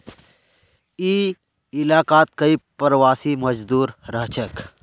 ई इलाकात कई प्रवासी मजदूर रहछेक